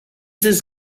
this